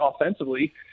offensively